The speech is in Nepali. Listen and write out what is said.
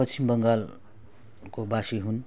पश्चिम बङ्गाल को वासी हुँ